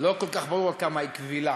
לא כל כך ברור כמה היא קבילה